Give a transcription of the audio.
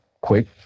Quick